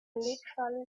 literally